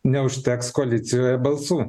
neužteks koalicijoje balsų